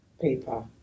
paper